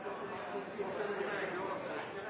gode, så er det